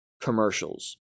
commercials